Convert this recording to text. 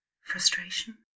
frustration